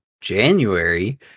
January